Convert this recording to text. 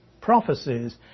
prophecies